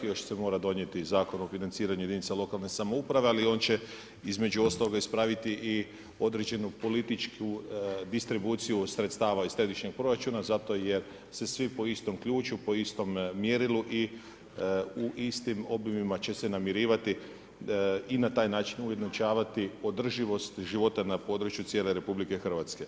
Još se mora donijeti zakon o financiranju jedinica lokalne samouprave, ali on će između ostalog ispraviti i određenu političku distribuciju sredstava iz središnjeg proračuna, zato jer se svi po istom ključu, po istom mjerilu i istim obima će se namirivati i na taj način ujednačavati održivost života na području cijele RH.